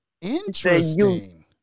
Interesting